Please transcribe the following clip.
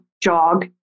jog